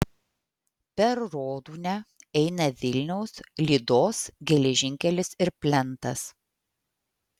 per rodūnią eina vilniaus lydos geležinkelis ir plentas